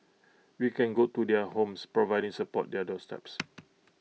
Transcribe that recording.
we can go to their homes providing support their doorsteps